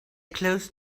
close